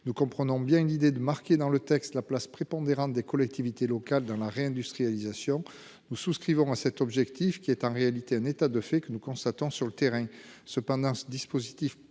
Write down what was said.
nous comprenons bien une idée de marqué dans le texte la place prépondérante des collectivités locales dans la réindustrialisation. Nous souscrivons à cet objectif, qui est en réalité un état de fait que nous constatons sur le terrain.